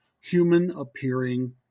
human-appearing